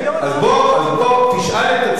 אז בוא תשאל את עצמך: